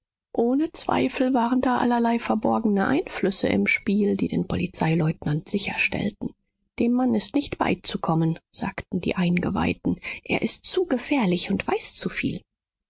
ohne zweifel waren da allerlei verborgene einflüsse im spiel die den polizeileutnant sicherstellten dem mann ist nicht beizukommen sagten die eingeweihten er ist zu gefährlich und weiß zuviel